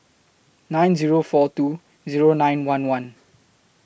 nine Zero four two Zero nine one one